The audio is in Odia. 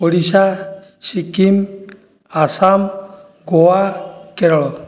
ଓଡ଼ିଶା ସିକିମ ଆସାମ ଗୋଆ କେରଳ